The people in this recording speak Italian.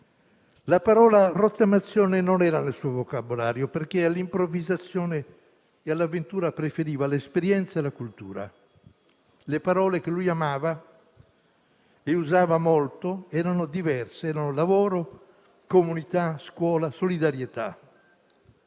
La parola rottamazione non era nel suo vocabolario, perché all'improvvisazione e all'avventura preferiva l'esperienza e la cultura. Le parole che amava e che usava molto erano diverse: lavoro, comunità, scuola e solidarietà.